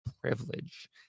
privilege